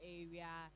area